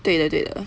对的对的